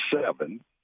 seven